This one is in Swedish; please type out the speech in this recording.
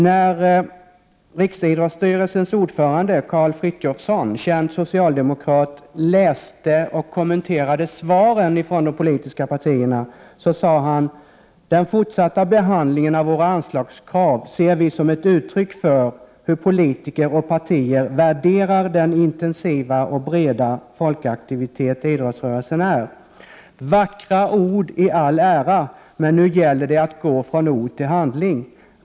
När Riksidrottsstyrelsens ordförande Karl Frithiofson, känd socialdemokrat, läste och kommenterade svaren från de politiska partierna sade han: ”Den fortsatta behandlingen av våra anslagskrav ser vi som uttryck för hur politiker och partier värderar detta och den intensiva och breda folkaktivitet idrottsrörelsen är. Vackra ord i all ära, men nu gäller det att gå från ord till handling.